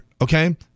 okay